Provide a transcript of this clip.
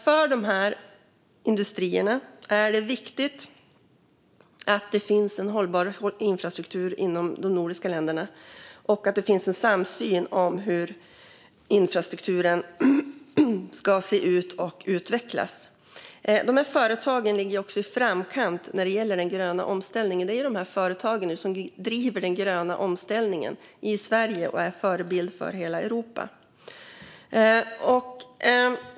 För dessa industrier är det viktigt att det finns en hållbar infrastruktur inom de nordiska länderna och att det finns en samsyn om hur infrastrukturen ska se ut och utvecklas. De här företagen ligger också i framkant när det gäller den gröna omställningen. Det är dessa företag nu som driver den gröna omställningen i Sverige och är förebild för hela Europa.